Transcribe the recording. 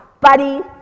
buddy